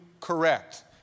correct